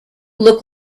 look